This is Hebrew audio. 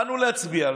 באנו להצביע,